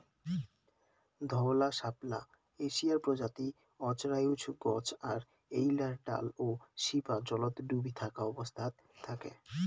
ধওলা শাপলা এশিয়ার প্রজাতি অজরায়ুজ গছ আর এ্যাইলার ডাল ও শিপা জলত ডুবি থাকা অবস্থাত থাকে